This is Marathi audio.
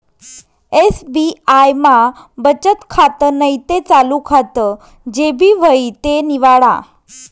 एस.बी.आय मा बचत खातं नैते चालू खातं जे भी व्हयी ते निवाडा